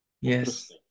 Yes